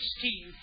Steve